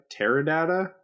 Teradata